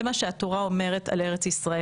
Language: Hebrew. זה מה שהתורה אומרת על ארץ ישראל: